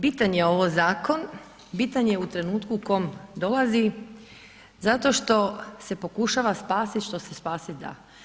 Bitan je ovo zakon, bitan je u trenutku u kom dolazi zato što se pokušava spasiti što se spasiti da.